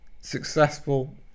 successful